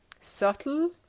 subtle